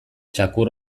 txakur